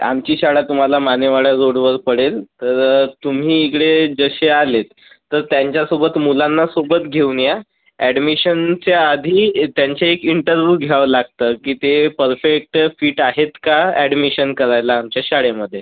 आमची शाळा तुम्हाला मानेवाडा रोडवर पडेल तर तुम्ही इकडे जसे आलात तर त्यांच्यासोबत मुलांना सोबत घेऊन या अॅडमिशनच्या आधी त्यांचा एक इंटरव्ह्यू घ्यावा लागतं की ते परफेक्ट फिट आहेत का अॅडमिशन करायला आमच्या शाळेमध्ये